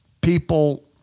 people